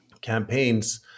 campaigns